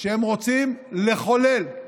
שהם רוצים לחולל.